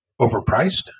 overpriced